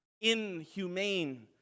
Inhumane